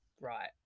Right